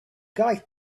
guy